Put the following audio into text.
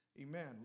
Amen